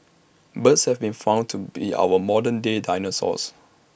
birds have been found to be our modern day dinosaurs